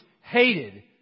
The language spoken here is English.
hated